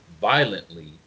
violently